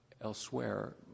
elsewhere